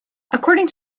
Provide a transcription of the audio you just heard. according